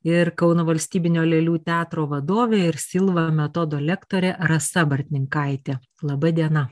ir kauno valstybinio lėlių teatro vadovė ir silva metodo lektorė rasa bartninkaitė laba diena